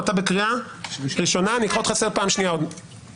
אני קורא אותך לסדר פעם שנייה.